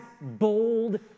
bold